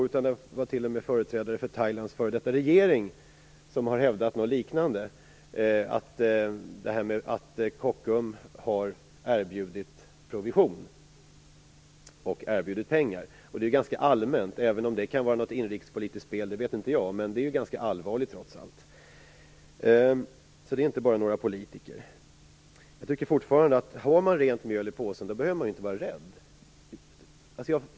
Det var t.o.m. företrädare för Thailands före detta regering som hävdade något liknande, dvs. att Kockums har erbjudit provision och pengar. Det är ganska allmänt, och även om det kan vara något inrikespolitiskt spel - vad vet jag - är det trots allt ganska allvarligt. Det handlar alltså inte bara om några politiker. Jag tycker fortfarande att om man har rent mjöl i påsen behöver man inte vara rädd.